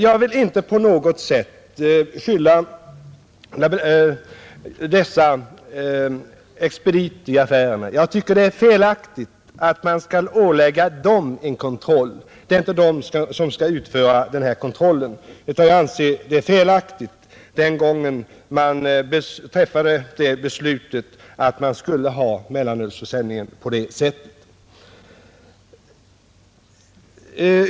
Jag vill inte på något sätt skylla på affärernas expediter. Jag tycker att det är felaktigt att man ålägger dem en kontroll; det är inte de som skall utföra den. Man gjorde helt enkelt fel när man träffade beslutet att mellanölsförsäljningen skulle ske på det nuvarande sättet.